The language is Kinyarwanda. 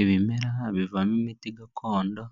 Ibimera bivamo imiti gakondo